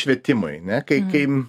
švietimui ne kai kai